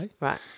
right